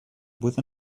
with